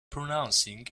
pronouncing